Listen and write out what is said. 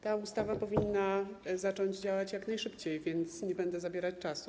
Ta ustawa powinna zacząć działać jak najszybciej, więc nie będę zabierać czasu.